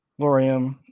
Lorium